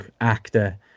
actor